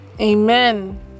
Amen